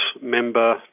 member